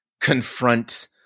confront